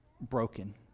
broken